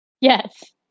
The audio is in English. Yes